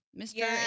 Mr